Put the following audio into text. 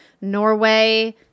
Norway